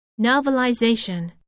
novelization